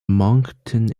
moncton